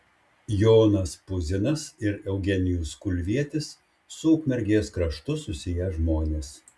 jonas puzinas ir eugenijus kulvietis su ukmergės kraštu susiję žmonės